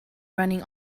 running